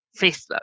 Facebook